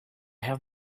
have